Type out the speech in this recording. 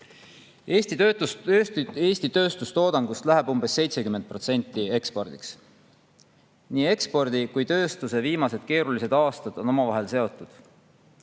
Eesti tööstustoodangust läheb umbes 70% ekspordiks. Nii ekspordi kui ka tööstuse viimased keerulised aastad on omavahel seotud.